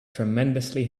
tremendously